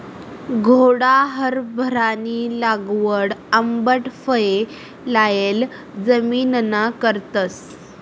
घोडा हारभरानी लागवड आंबट फये लायेल जमिनना करतस